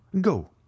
go